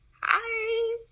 Hi